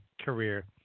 career